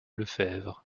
lefèvre